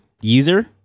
user